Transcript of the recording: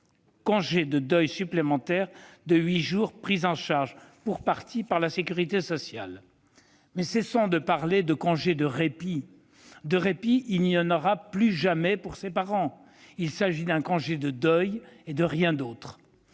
congé de deuil supplémentaire de huit jours pris en charge, pour partie, par la sécurité sociale. Mais cessons de parler de « congé de répit ». De répit, il n'y en aura plus jamais pour ces parents. Il s'agit d'un congé de deuil, et rien d'autre.